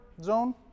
Zone